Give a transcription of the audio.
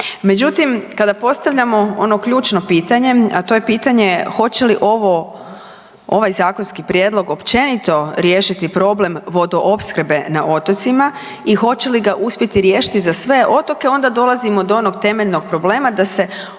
Međutim, kada postavljamo ono ključno pitanje, a to je pitanje hoće li ovaj zakonski prijedlog općenito riješiti problem vodoopskrbe na otocima i hoće li ga uspjeti riješiti za sve otoke onda dolazimo do onog temeljnog problema da se ovako